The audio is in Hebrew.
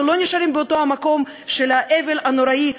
אנחנו לא נשארים באותו מקום של האבל הנוראי.